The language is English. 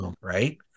right